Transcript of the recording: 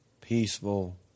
peaceful